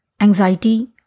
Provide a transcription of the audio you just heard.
anxiety